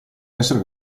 essere